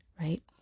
right